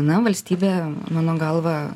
na valstybė mano galva